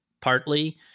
partly